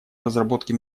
разработке